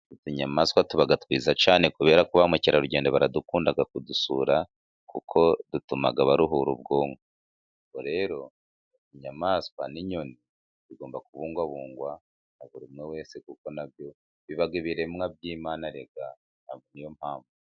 Utu tunyamaswa tuba twiza cyane kubera ko ba mukerarugendo baradukunda kudusura kuko dutuma baruhura ubwonko. Ubwo rero inyamaswa n'inyoni bigomba kubugwabungwa na buri umwe wese kuko na byo biba ibiremwa by'Imana erega ,niyo mpamvu.